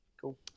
cool